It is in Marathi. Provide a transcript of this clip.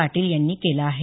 पाटील यांनी केल आहे